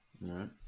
right